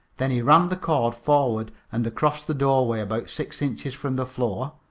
then he ran the cord forward and across the doorway, about six inches from the floor,